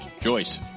Joyce